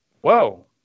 Whoa